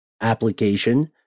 application